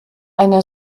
einer